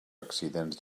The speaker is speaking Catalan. accidents